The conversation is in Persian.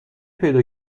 پیدا